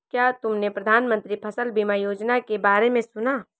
क्या तुमने प्रधानमंत्री फसल बीमा योजना के बारे में सुना?